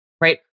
right